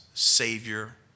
Savior